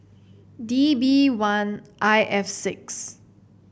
D B one I F six